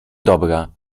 dobra